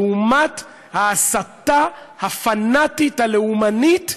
לעומת ההסתה הפנאטית הלאומנית,